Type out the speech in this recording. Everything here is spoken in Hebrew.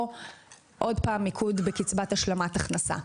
או מיקוד בקצבת השלמת הכנסה.